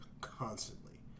constantly